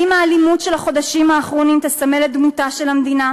האם האלימות של החודשים האחרונים תסמל את דמותה של המדינה,